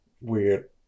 weird